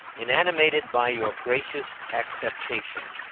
inanimated by your gracious acceptation,